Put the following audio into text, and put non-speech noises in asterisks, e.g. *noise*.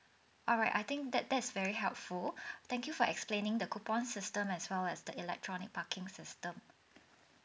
alright I think that that is very helpful *breath* thank you for explaining the coupon system as well as the electronic parking system